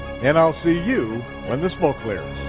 and i'll see you when the smoke clears.